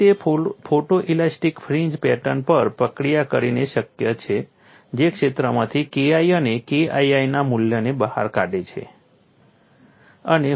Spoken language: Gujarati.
તેથી તે ફોટોઇલાસ્ટિક ફ્રિન્જ પેટર્ન પર પ્રક્રિયા કરીને શક્ય છે જે ક્ષેત્રમાંથી KI અને KII ના મૂલ્યને બહાર કાઢે છે